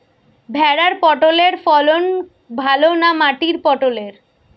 ভেরার পটলের ফলন ভালো না মাটির পটলের?